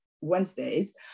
Wednesdays